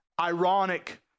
ironic